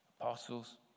apostles